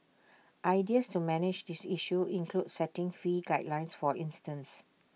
ideas to manage this issue include setting fee guidelines for instance